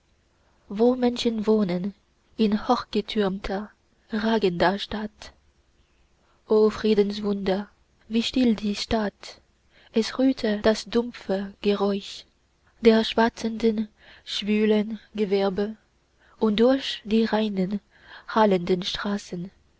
wo menschen wohnen in hochgetürmter ragender stadt o friedenswunder wie still die stadt es ruhte das dumpfe geräusch der schwatzenden schwülen gewerbe und durch die reinen hallenden straßen